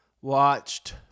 Watched